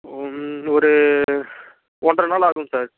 ஒரு ஒன்றரை நாள் ஆகுங்க சார்